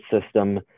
system